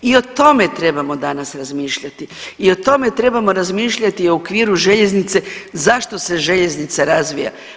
I o tome trebamo danas razmišljati i o tome trebamo razmišljati u okviru željeznice, zašto se željeznica razvija.